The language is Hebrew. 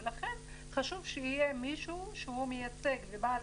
ולכן חשוב שיהיה מישהו שהוא מייצג ובעל